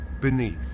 beneath